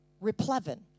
replevin